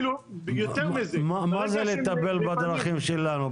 מה זה לטפל בדרכים שלנו?